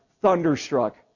thunderstruck